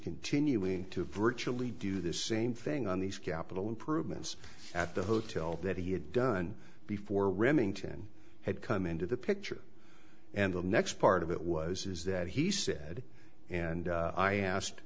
continuing to virtually do the same thing on these capital improvements at the hotel that he had done before remington had come into the picture and the next part of it was is that he said and i asked